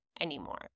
anymore